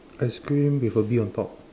ice cream with a bee on top